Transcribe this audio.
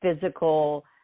physical